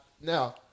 now